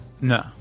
No